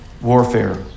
warfare